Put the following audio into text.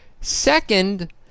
Second